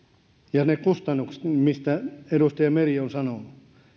ja ne kustannukset mistä edustaja meri on sanonut